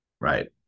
Right